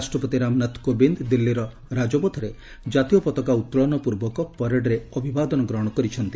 ରାଷ୍ଟ୍ରପତି ରାମନାଥ କୋବିନ୍ଦ ଦିଲ୍ଲୀର ରାଜପଥରେ ଜାତୀୟ ପତାକା ଉତ୍ତୋଳନ ପୂର୍ବକ ପରେଡ୍ରେ ଅଭିବାଦନ ଗ୍ରହଣ କରିଛନ୍ତି